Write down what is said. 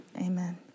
amen